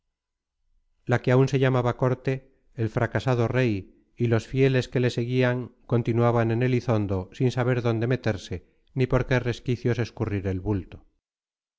la que aún se llamaba corte el fracasado rey y los fieles que le seguían continuaban en elizondo sin saber dónde meterse ni por qué resquicios escurrir el bulto